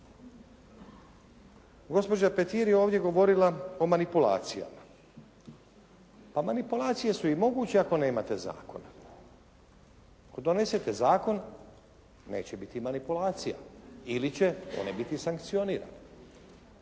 Gospođa Petir je ovdje govorila o manipulacijama. Pa manipulacije su i moguće ako nemate zakona. Ako donesete zakon neće biti manipulacija ili će one biti sankcionirane.